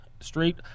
street